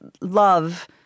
love